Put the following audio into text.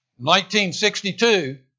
1962